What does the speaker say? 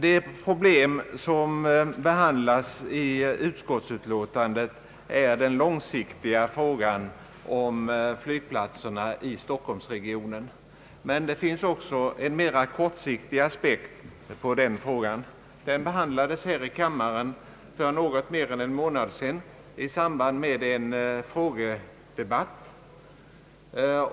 Det problem som behandlas i utskottsutlåtandet är den långsiktiga frågan om flygplatserna i stockholmsregionen, men det finns också en mera kortsiktig aspekt på frågan, vilken behandlades här i kammaren för något mer än en månad sedan i samband med en enkel fråga.